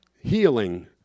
healing